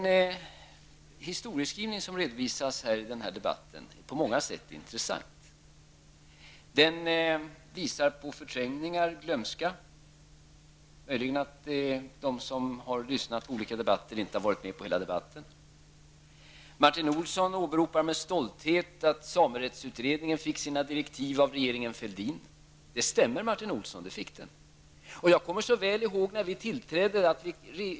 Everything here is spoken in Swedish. Den historieskrivning som redovisas i den här debatten är på många sätt intressant. Den visar på förträngningar och glömska. Möjligen har de debattörer som har lyssnat på olika debatter inte varit med på hela debatterna. Martin Olsson åberopar med stolthet att samerättsutredningen fick sina direktiv av regeringen Fälldin. Det stämmer, Martin Olsson. Det fick den. Jag kommer så väl ihåg hur det var när vi tillträdde.